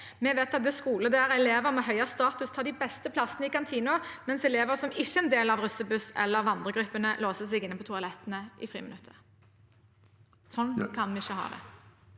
Vi vet at det er skoler der elever med høyere status tar de beste plassene i kantinen, mens elever som ikke er en del av en russebuss eller vandregruppene, låser seg inne på toalettene i friminuttene. Sånn kan vi ikke ha det.